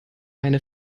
eine